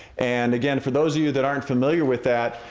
and again, for those of you that aren't familiar with that,